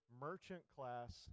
merchant-class